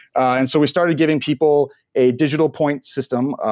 and so we started giving people a digital point system,